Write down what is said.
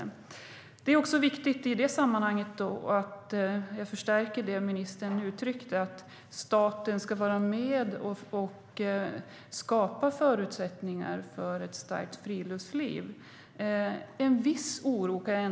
I det sammanhanget är det viktigt att säga - jag understryker det som ministern sade - att staten ska vara med och skapa förutsättningar för ett starkt friluftsliv.